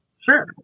Sure